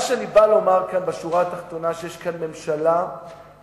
מה שאני בא לומר בשורה התחתונה הוא שיש כאן ממשלה שפועלת